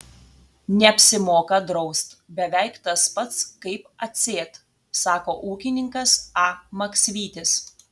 neapsimoka draust beveik tas pats kaip atsėt sako ūkininkas a maksvytis